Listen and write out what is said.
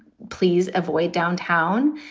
please avoid downtown.